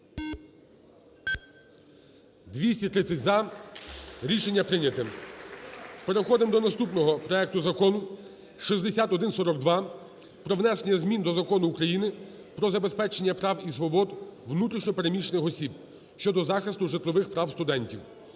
За-230 Рішення прийнято. Переходимо до наступного проекту Закону 6142 про внесення змін до Закону України "Про забезпечення прав і свобод внутрішньо переміщених осіб" щодо захисту житлових прав студентів.